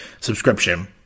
subscription